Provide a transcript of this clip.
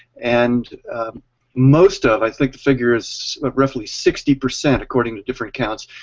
and most of, i think the figure is roughly sixty percent according to different accounts,